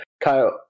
Kyle